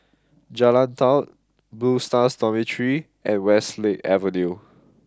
Jalan Daud Blue Stars Dormitory and Westlake Avenue